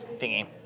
thingy